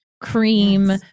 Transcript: cream